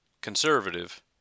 conservative